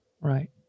Right